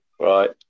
Right